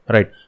Right